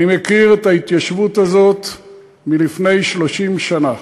אני מכיר את ההתיישבות הזאת מלפני 30 שנה,